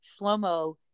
Shlomo